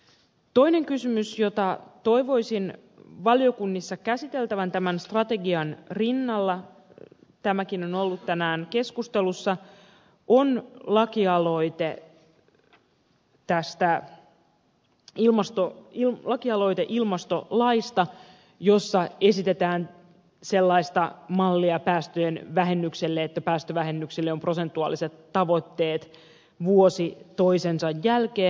toinen kysymys jota toivoisin valiokunnissa käsiteltävän tämän strategian rinnalla tämäkin on ollut tänään keskustelussa on lakialoite ilmastolaista jossa esitetään sellaista mallia päästöjen vähennykselle että päästövähennyksille on prosentuaaliset tavoitteet vuosi toisensa jälkeen